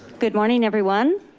good morning, everyone.